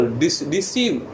deceive